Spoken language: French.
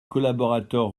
collaborateurs